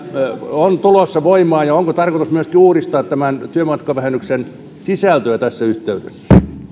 on tulossa voimaan ja onko tarkoitus uudistaa myöskin tämän vähennyksen sisältöä tässä yhteydessä